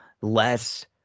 less